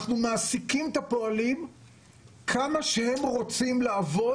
אנחנו מעסיקים את הפועלים כמה שהם רוצים לעבוד,